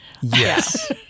yes